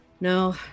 No